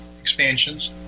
expansions